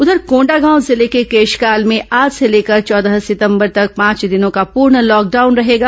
उधर कोंडागांव जिले के केशकाल में आज से लेकर चौदह सितंबर तक पांच दिनों का पूर्ण लॉकडाउन रहेगा